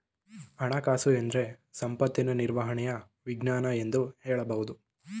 ಹಣಕಾಸುಎಂದ್ರೆ ಸಂಪತ್ತಿನ ನಿರ್ವಹಣೆಯ ವಿಜ್ಞಾನ ಎಂದು ಹೇಳಬಹುದು